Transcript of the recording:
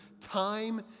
time